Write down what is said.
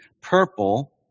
purple